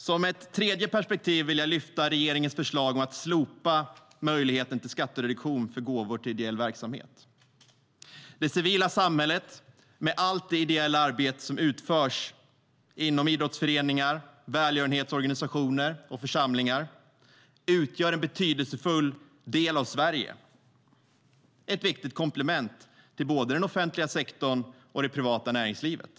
För det tredje vill jag lyfta fram regeringens förslag om att slopa möjligheten till skattereduktion för gåvor till ideell verksamhet. Det civila samhället, med allt det ideella arbete som utförs inom idrottsföreningar, välgörenhetsorganisationer och församlingar, utgör en betydelsefull del av Sverige. Det är ett viktigt komplement till både den offentliga sektorn och det privata näringslivet.